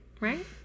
right